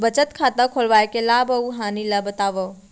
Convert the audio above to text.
बचत खाता खोलवाय के लाभ अऊ हानि ला बतावव?